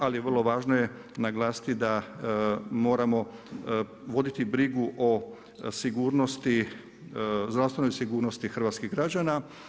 Ali vrlo važno je naglasiti da moramo voditi brigu o sigurnosti, zdravstvenoj sigurnosti hrvatskih građana.